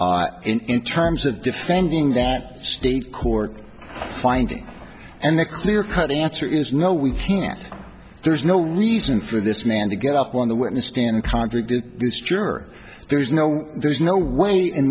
of it in terms of defending that state court finding and the clear cut answer is no we can't there's no reason for this man to get up on the witness stand contradict this juror there's no there's no way in